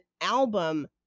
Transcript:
album